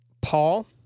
Paul